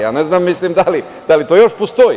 Ja ne znam da li to još postoji?